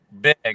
Big